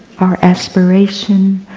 our aspiration,